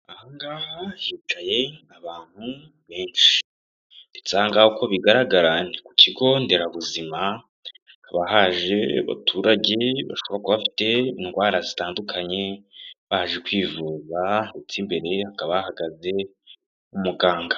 Aha ngaha hicaye abantu benshi ndetse aha ngaha uko bigaragara, ni ku kigo nderabuzima, hakaba haje abaturage bashobora kuba bafite indwara zitandukanye, baje kwivuza ndetse imbere hakaba hahagaze umuganga.